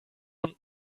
und